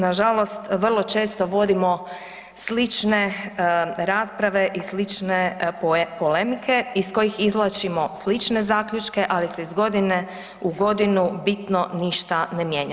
Nažalost vrlo često vodimo slične rasprave i slične polemike iz kojih izvlačimo slične zaključke, ali se iz godine u godinu bitno ništa ne mijenja.